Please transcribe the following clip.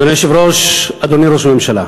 אדוני היושב-ראש, אדוני ראש הממשלה,